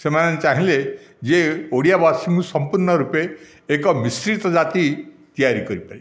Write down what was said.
ସେମାନେ ଚାହିଁଲେ ଯେ ଓଡ଼ିଆବାସୀଙ୍କୁ ସମ୍ପୂର୍ଣ ରୂପେ ଏକ ମିଶ୍ରିତ ଜାତି ତିଆରି କରିପାରିବୁ